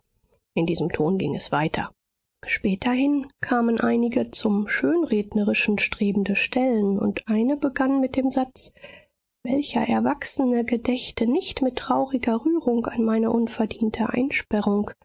in diesem ton ging es weiter späterhin kamen einige zum schönrednerischen strebende stellen und eine begann mit dem satz welcher erwachsene gedächte nicht mit trauriger rührung an meine unverdiente einsperrung